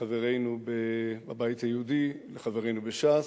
לחברינו בבית היהודי, לחברינו בש"ס,